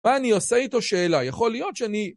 מה אני עושה איתו, שאלה? יכול להיות שאני...